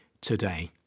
today